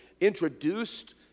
introduced